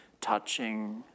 touching